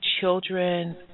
children